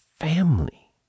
family